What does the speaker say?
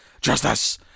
Justice